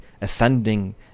ascending